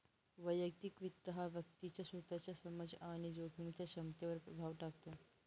वैयक्तिक वित्त हा व्यक्तीच्या स्वतःच्या समज आणि जोखमीच्या क्षमतेवर प्रभाव टाकतो